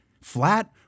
Flat